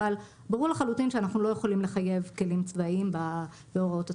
אבל ברור לחלוטין שאנחנו לא יכולים לחייב כלים צבאיים בהוראות התקנות.